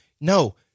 No